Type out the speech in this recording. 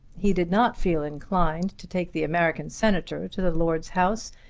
he did not feel inclined to take the american senator to the lord's house,